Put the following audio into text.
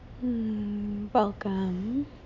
Welcome